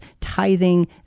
tithing